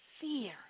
Fear